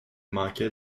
manquait